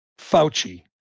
Fauci